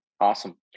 Awesome